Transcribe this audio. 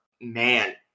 man